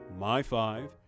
myfive